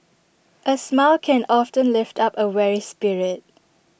A smile can often lift up A weary spirit